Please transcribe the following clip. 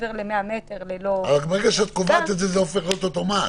מ-100 מטר ללא --- אבל ברגע שאת קובעת את זה זה הופך להיות אוטומט.